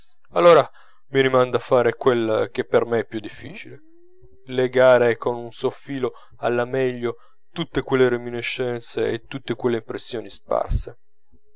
allora mi riman da fare quello che per me è più difficile legare con un solo filo alla meglio tutte quelle reminiscenze e tutte quelle impressioni sparse